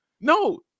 No